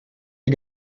die